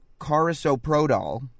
Carisoprodol